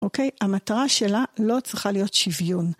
אוקיי? המטרה שלה לא צריכה להיות שוויון.